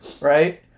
right